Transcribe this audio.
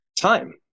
time